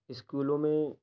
اسکولوں میں